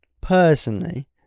personally